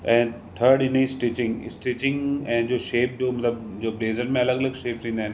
ऐं थर्ड हिनजी stitching stitching ऐं जो शेप जो मतिलबु जो ब्लेज़र में अलॻि अलॻि शेप्स ईंदा आहिनि